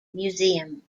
museum